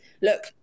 look